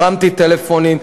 הרמתי טלפונים,